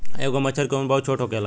एगो मछर के उम्र बहुत छोट होखेला